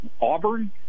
Auburn